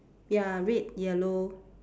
ya red yellow